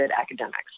academics